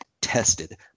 tested